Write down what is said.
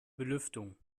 belüftung